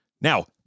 Now